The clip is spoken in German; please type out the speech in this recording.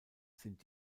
sind